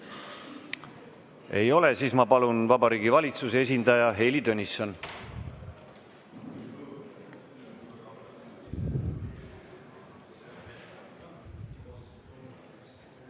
Ei ole. Siis ma palun siia Vabariigi Valitsuse esindaja Heili Tõnissoni.